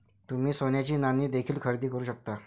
तुम्ही सोन्याची नाणी देखील खरेदी करू शकता